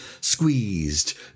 squeezed